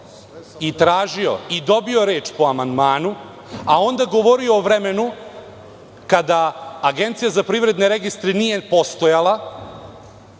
tražio i dobio reč po amandmanu, a onda je govorio o vremenu kada Agencija za privredne registre nije postojala.